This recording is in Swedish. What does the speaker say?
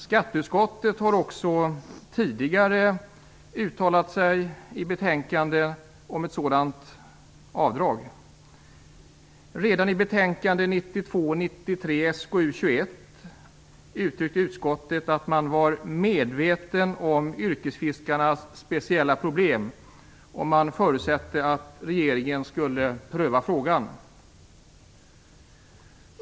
Skatteutskottet har också tidigare uttalat sig i betänkande om ett sådant avdrag. Redan i betänkande 1992/93:SkU21 uttryckte utskottet att man var medveten om yrkesfiskarnas speciella problem. Man förutsatte att regeringen skulle pröva frågan.